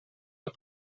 the